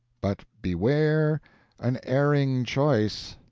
but beware an erring choice!